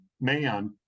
man